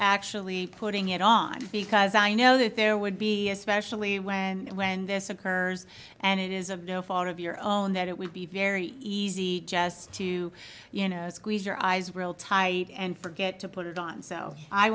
actually putting it on because i know that there would be especially when and when this occurs and it is of no fault of your own that it would be very easy just to you know squeeze your eyes roll tide and forget to put it on so i